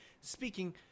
Speaking